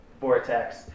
vortex